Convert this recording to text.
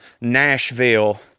Nashville